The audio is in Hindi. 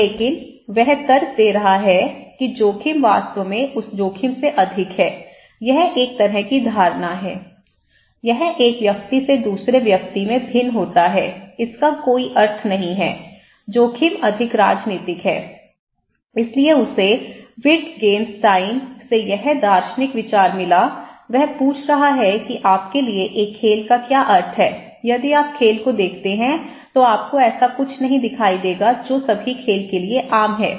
लेकिन वह तर्क दे रहा है कि जोखिम वास्तव में उस जोखिम से अधिक है यह एक तरह की धारणा है यह एक व्यक्ति से दूसरे व्यक्ति में भिन्न होता है इसका कोई अर्थ नहीं है जोखिम अधिक राजनीतिक है इसलिए उसे विट्गेन्स्टाइन से यह दार्शनिक विचार मिला वह पूछ रहा है कि आपके लिए एक खेल का क्या अर्थ है यदि आप खेल को देखते हैं तो आपको ऐसा कुछ नहीं दिखाई देगा जो सभी खेल के लिए आम है